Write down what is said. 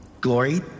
Glory